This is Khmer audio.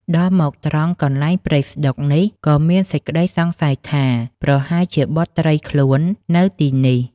ដល់មកត្រង់កន្លែងព្រៃស្ដុកនេះ ក៏មានសេចក្ដីសង្ស័យថា ប្រហែលជាបុត្រីខ្លួននៅទីនេះ។